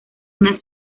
una